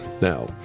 now